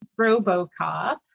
Robocop